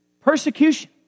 persecution